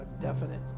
definite